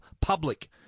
public